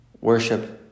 worship